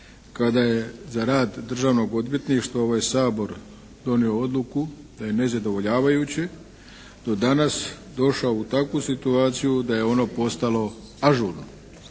kada je za rad Državnog odvjetništva ovaj Sabor donio odluku da je nezadovoljavajuće do danas došao u takvu situaciju da je ono postalo ažurno,